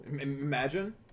Imagine